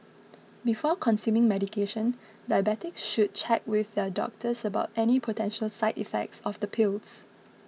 before consuming medication diabetics should check with their doctors about any potential side effects of the pills